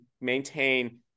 maintain